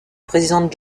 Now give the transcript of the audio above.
président